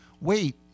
wait